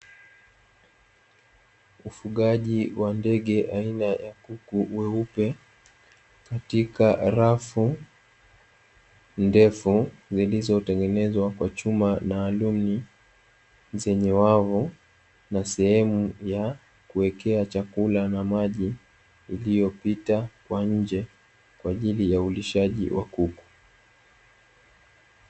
Ufugaji wa ndege aina ya kuku weupe katika rafu ndefu, zilizotengenezwa kwa chuma na alumni, zenye wavu na sehemu ya kuwekea chakula na maji iliyopita kwa nje kwa ajili ya ulishaji wa kuku.